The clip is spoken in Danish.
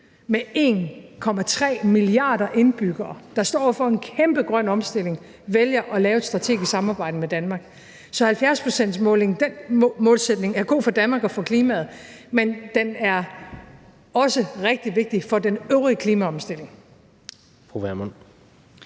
med 1,3 milliarder indbyggere, der står for en kæmpe grøn omstilling, vælger at lave et strategisk samarbejde med Danmark. Så 70-procentsmålsætningen er god for Danmark og for klimaet, men den er også rigtig vigtig for den øvrige klimaomstilling.